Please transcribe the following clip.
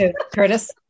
Curtis